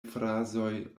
frazoj